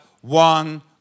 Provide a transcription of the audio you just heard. one